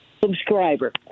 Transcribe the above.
subscriber